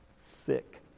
sick